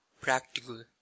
practical